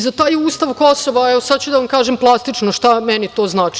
Za taj ustav Kosova, sada ću da vam kažem plastično šta meni znači.